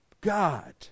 god